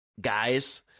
guys